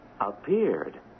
appeared